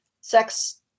sex